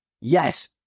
Yes